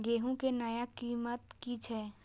गेहूं के नया कीमत की छे?